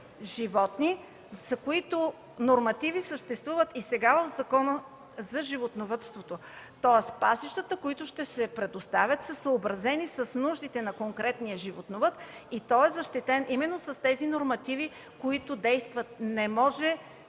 животни, за които нормативи съществуват и сега в Закона за животновъдството. Тоест, пасищата, които ще се предоставят, са съобразени с нуждите на конкретния животновъд и той е защитен именно с тези нормативи, които действат. Не може